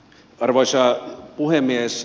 arvoisa puhemies